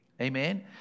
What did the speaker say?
Amen